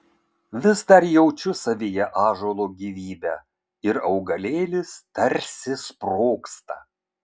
vis dar jaučiu savyje ąžuolo gyvybę ir augalėlis tarsi sprogsta